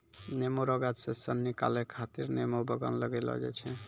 नेमो रो गाछ से सन निकालै खातीर नेमो बगान लगैलो जाय छै